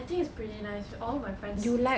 I think it's pretty nice with all my friends say